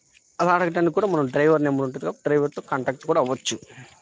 అలా అడగటానికి కూడా మనం డ్రైవర్ నంబరు ఉంటుంది కాబట్టి డ్రైవర్తో కాంటక్ట్ కూడా అవ్వచ్చు